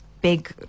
big